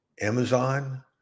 Amazon